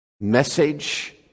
message